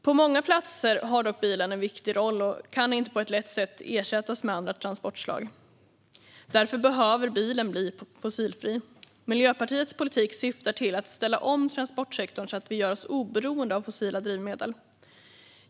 På många platser har dock bilen en viktig roll, och den kan inte på ett lätt sätt ersättas med andra transportslag. Därför behöver bilen bli fossilfri. Miljöpartiets politik syftar till att ställa om transportsektorn så att vi gör oss oberoende av fossila drivmedel.